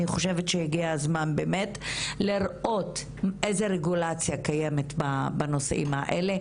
אני חושבת שהגיע הזמן באמת לראות איזה רגולציה קיימת בנושאים האלה,